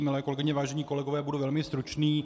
Milé kolegyně, vážení kolegové, budu velmi stručný.